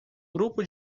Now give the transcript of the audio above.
grupo